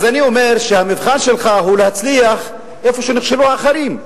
אז אני אומר שהמבחן שלך הוא להצליח איפה שנכשלו האחרים.